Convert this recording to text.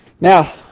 Now